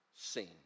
seen